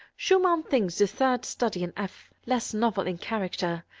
schumann thinks the third study in f less novel in character,